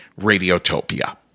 Radiotopia